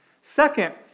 Second